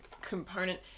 component